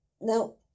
no